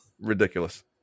Ridiculous